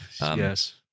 Yes